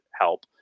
help